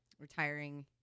retiring